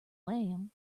lamb